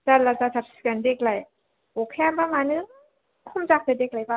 जारला जाथार सिगोन देग्लाय अखायाबा मानो खम जाखो देग्लायबा